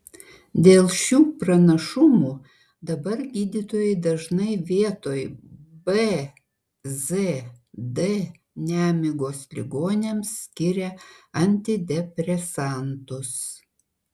dėl šių pranašumų dabar gydytojai dažnai vietoj bzd nemigos ligoniams skiria antidepresantus